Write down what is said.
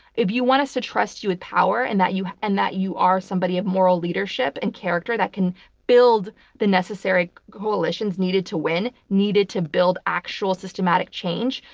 if you want us to trust you with power and that you and that you are somebody of moral leadership and character that can build the necessary coalitions needed to win, needed to build actual systematic change,